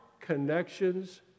connections